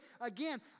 Again